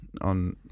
on